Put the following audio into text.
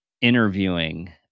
interviewing